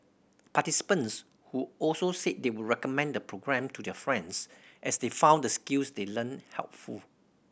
participants who also said they would recommend the programme to their friends as they found the skills they learnt helpful